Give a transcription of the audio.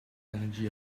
energy